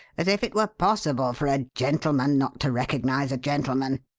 as if it were possible for a gentleman not to recognize a gentleman!